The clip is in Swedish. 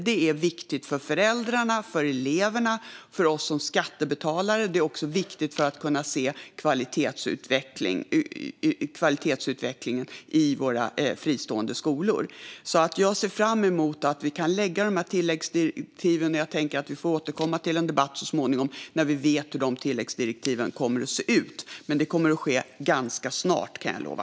Det är viktigt för föräldrarna, för eleverna och för oss som skattebetalare. Det är också viktigt för att kunna se kvalitetsutveckling i våra fristående skolor. Jag ser därför fram emot när vi kan lägga tilläggsdirektiven. Vi får återkomma till en debatt så småningom när vi vet hur tilläggsdirektiven kommer att se ut, men det kommer att ske ganska snart, kan jag lova.